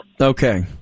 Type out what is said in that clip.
Okay